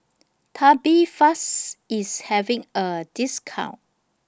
Tubifast IS having A discount